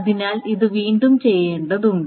അതിനാൽ ഇത് വീണ്ടും ചെയ്യേണ്ടതുണ്ട്